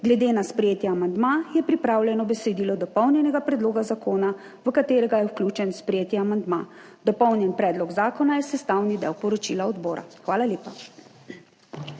Glede na sprejeti amandma je pripravljeno besedilo dopolnjenega predloga zakona, v katerega je vključen sprejeti amandma. Dopolnjen predlog zakona je sestavni del poročila odbora. Hvala lepa.